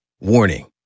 Warning